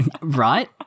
Right